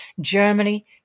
Germany